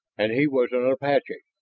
and he was an apache,